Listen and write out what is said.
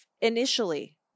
initially